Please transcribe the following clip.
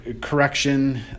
correction